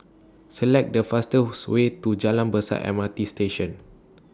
Select The fastest Way to Jalan Besar M R T Station